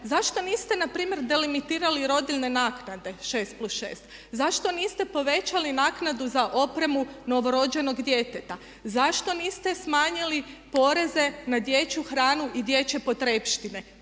zašto niste npr. delimitirali rodiljine naknade 6+6? Zašto niste povećali naknadu za opremu novorođenog djeteta? Zašto niste smanjili poreze na dječju hranu i dječje potrepštine?